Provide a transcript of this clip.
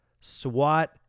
SWAT